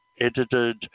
edited